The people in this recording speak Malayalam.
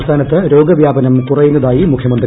സംസ്ഥാനത്ത് രോഗവ്യാപനം കുറയുന്നതായി മുഖ്യമന്തി